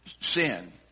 sin